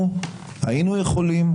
היינו יכולים